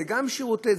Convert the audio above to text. זה גם חינוך,